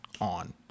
on